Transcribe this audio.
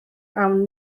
awn